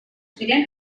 ziren